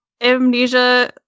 amnesia